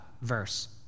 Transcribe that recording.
verse